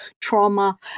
trauma